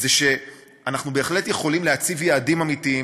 זה שאנחנו בהחלט יכולים להציב יעדים אמיתיים,